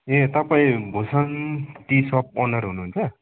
तपाईँ Bhushan tea shop owner हुनुहुन्छ